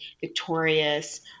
victorious